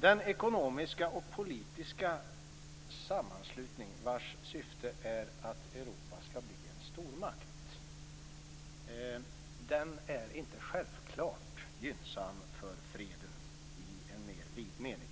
Den ekonomiska och politiska sammanslutning vars syfte är att Europa skall bli en stormakt är inte självklart gynnsam för freden i en mer vid mening.